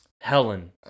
Helen